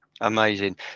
amazing